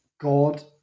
God